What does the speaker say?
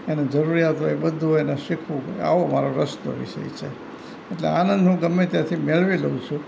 એને જરૂરિયાત હોય બધું એને શીખવું આવો મારો રસનો વિષય છે એટલે આનંદ હું ગમે ત્યાંથી મેળવી લઉં છું